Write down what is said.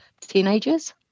teenagers